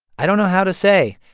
i don't know how to say,